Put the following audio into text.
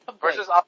versus